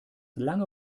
lange